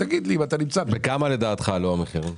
בכמה לדעתך עלו המחירים?